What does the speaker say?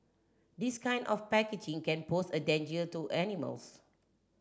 this kind of packaging can pose a danger to animals